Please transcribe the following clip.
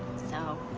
so.